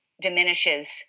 diminishes